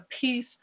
piece